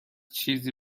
چیزی